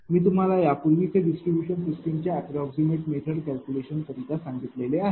मी तुम्हाला यापूर्वीच हे डिस्ट्रीब्यूशन सिस्टीमच्या अप्राक्समैट मेथड कॅल्क्युलेशन करीता सांगितले आहे